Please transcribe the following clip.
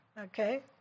Okay